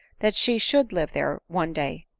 that she should live there one day.